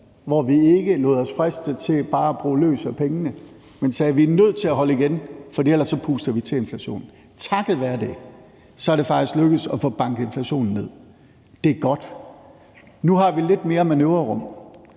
hvor vi ikke lod os friste til bare at bruge løs af pengene, men sagde: Vi er nødt til at holde igen, for ellers puster vi til inflationen. Takket være det er det faktisk lykkedes at få banket inflationen ned. Det er godt. Nu har vi lidt mere manøvrerum,